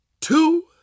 two